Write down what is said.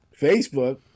Facebook